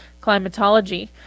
climatology